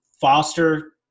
Foster